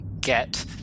get